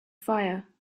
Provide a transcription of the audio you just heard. fire